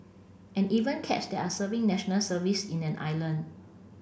and even cats that are serving National Service in an island